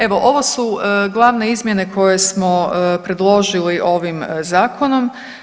Evo ovo su glavne izmjene koje smo predložili ovim zakonom.